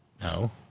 no